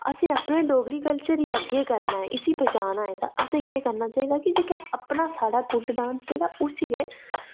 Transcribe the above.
असें अपने डोगरी कल्चर गी अग्गें करना ऐ इसी बचाना ऐ तां असें केह् करना चाहिदी ते अपना साढ़ा कुड्ड डांस ऐ ते उसी गै